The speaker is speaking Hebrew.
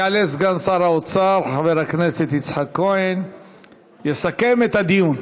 יעלה סגן שר האוצר חבר הכנסת יצחק כהן לסכם את הדיון.